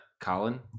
Colin